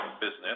business